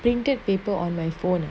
printed paper on my phone